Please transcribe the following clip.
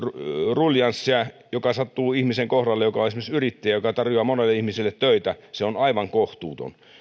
ruljanssia joka sattuu sellaisen ihmisen kohdalle joka on esimerkiksi yrittäjä joka tarjoaa monelle ihmiselle töitä se on aivan kohtuutonta